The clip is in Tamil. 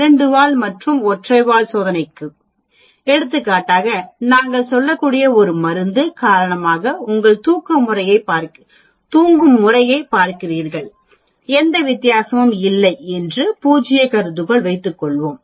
இரண்டு வால் மற்றும் ஒற்றை வால் சோதனைக்கு எடுத்துக்காட்டாக நாங்கள் சொல்லக்கூடிய மருந்து காரணமாக உங்கள் தூக்க முறையைப் பார்க்கிறீர்கள் எந்த வித்தியாசமும் இல்லை என்று பூஜ்ய கருதுகோள் வைத்துக்கொள்வோம்